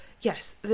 yes